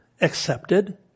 accepted